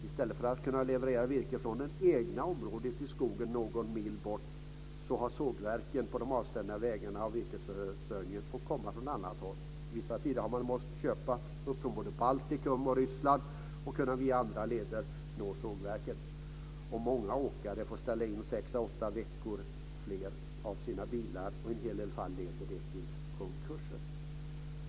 I stället för att kunna leverera virke från det egna området i skogen någon mil bort så har sågverken på de avstängda vägarna fått se till att virket har kommit från annat håll. Under vissa tider har de fått köpa upp från både Baltikum och Ryssland för att via andra leder nå sågverken. Många åkare får ställa av flera av sina bilar sex-åtta veckor, och i en hel del fall leder det till konkurser.